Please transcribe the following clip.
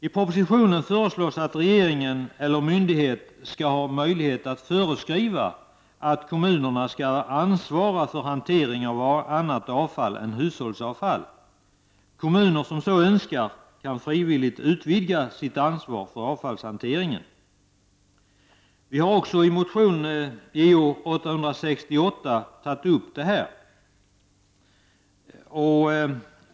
I propositionen föreslås att regeringen eller myndighet skall ha möjlighet att föreskriva att kommunerna skall ansvara för hantering av annat avfall än hushållsavfall. Kommuner som så önskar kan frivilligt utvidga sitt ansvar för avfallshanteringen. Vi har också tagit upp det i motion Jo868.